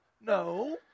No